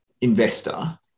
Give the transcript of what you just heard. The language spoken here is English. investor